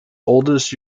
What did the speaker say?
oldest